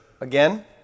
again